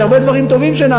נעשו הרבה דברים טובים.